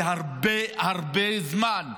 וזה הרבה הרבה זמן.